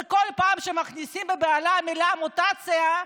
וכל פעם מכניסים בבהלה את המילה "מוטציה",